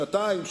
שנתיים,